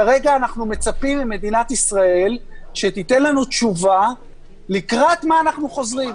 אנחנו מצפים ממדינת ישראל שתיתן לנו תשובה לקראת מה אנחנו חוזרים.